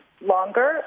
longer